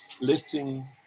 lifting